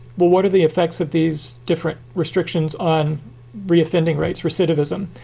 but what are the effects of these different restrictions on reoffending rates, recidivism?